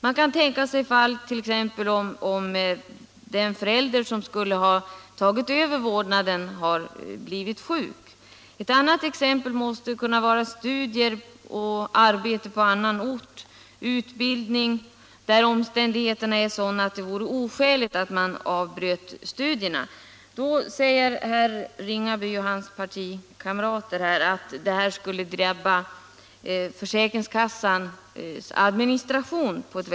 Man kan tänka sig att den förälder som skulle ha tagit över vårdnaden har blivit sjuk. Andra exempel måste kunna vara studier och arbete på annan ort eller utbildning där omständigheterna är sådana att det vore oskäligt att av Herr Ringaby och hans partikamrater säger att denna möjlighet att Tisdagen den avstå i vissa fall skulle drabba försäkringskassans administration hårt.